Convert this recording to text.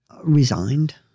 Resigned